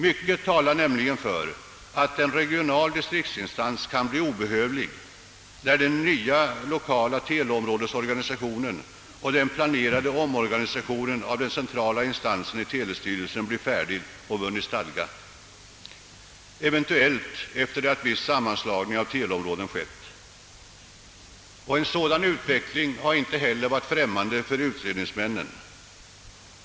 Mycket talar nämligen för att en regional distriktsinstans kan bli obehövlig när den nya lokala teleområdesorganisationen och den planerade omorganisationen av den centrala instansen — telestyrelsen — blir färdig och vunnit stadga, eventuellt efter det att viss sammanslagning av teleområden skett. En sådan utveckling har inte heller varit främmande för utredningsmännen.